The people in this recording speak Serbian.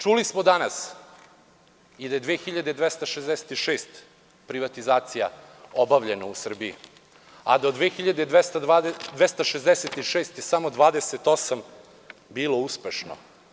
Čuli smo danas i da 2.266 privatizacija obavljeno u Srbiji, a da od 2.266 je samo 28 bilo uspešno.